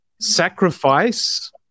sacrifice